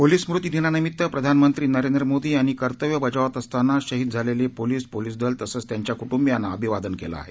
police स्मृती दिनानिमित प्रधानमंत्री नरेंद्र मोदी यांनी कर्तव्य बजावत असताना शहिद झालेले पोलीस पोलीसदल तसंच त्यांच्या कुटुंबीयांना अभिवादन केलं आहे